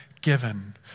Given